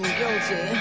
guilty